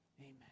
Amen